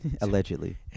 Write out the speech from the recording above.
allegedly